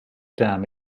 dam